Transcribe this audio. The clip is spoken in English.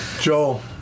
Joel